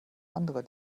anderer